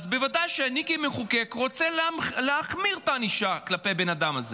בוודאי שאני כמחוקק רוצה להחמיר את הענישה כלפי הבן אדם הזה,